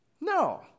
No